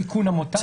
סיכון המוטציה.